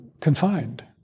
confined